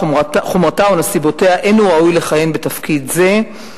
חומרתה או נסיבותיה אין הוא ראוי לכהן בתפקיד זה".